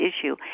issue